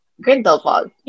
Grindelwald